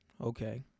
Okay